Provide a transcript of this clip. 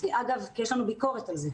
אגב, יש לנו ביקורת על זה.